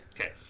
Okay